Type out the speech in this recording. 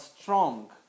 strong